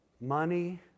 money